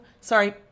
sorry